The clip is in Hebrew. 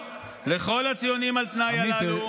לכל הציונים על תנאי הללו.